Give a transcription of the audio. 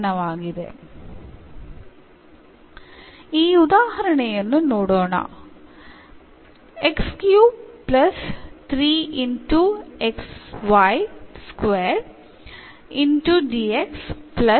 നമ്മൾ ഈ എന്ന ഉദാഹരണത്തിലൂടെ കടന്നുപോകുന്നു